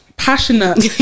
passionate